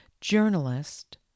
journalist